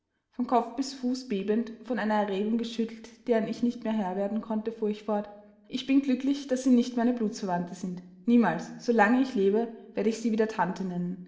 von kopf bis zu fuße bebend von einer erregung geschüttelt deren ich nicht mehr herr werden konnte fuhr ich fort ich bin glücklich daß sie nicht meine blutsverwandte sind niemals so lange ich lebe werde ich sie wieder tante nennen